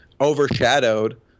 overshadowed